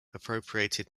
appropriated